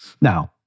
Now